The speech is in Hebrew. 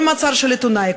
כל מעצר של עיתונאי,